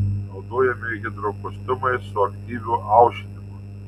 naudojami hidrokostiumai su aktyviu aušinimu